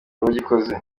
uwagikoze